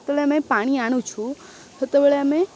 ଯେତେବେଳେ ଆମେ ପାଣି ଆଣୁଛୁ ସେତେବେଳେ ଆମେ